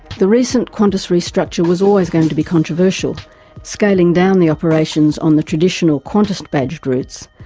the recent qantas restructure was always going to be controversial scaling down the operations on the traditional qantas-badged routes,